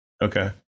Okay